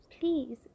please